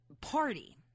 party